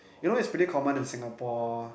you know is pretty common in Singapore